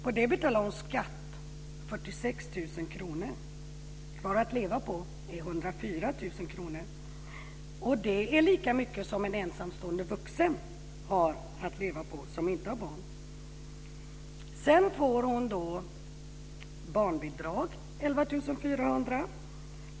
På det betalar hon skatt - 46 000 kr. Kvar att leva på är 104 000 kr. Det är lika mycket som en ensamstående vuxen utan barn har att leva på. Sedan får hon barnbidrag - 11 400 kr.